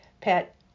pet